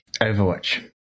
Overwatch